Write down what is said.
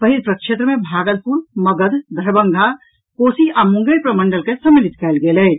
पहिल प्रक्षेत्र मे भागलपुर मगध दरभंगा कोसी आ मुंगेर प्रमंडल के सम्मिलित कयल गेल अछि